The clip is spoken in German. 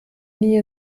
nie